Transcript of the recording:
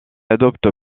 adopte